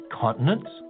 continents